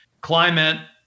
climate